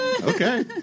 Okay